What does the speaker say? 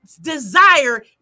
desire